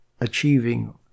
achieving